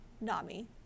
nami